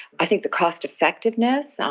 i think the cost-effectiveness, um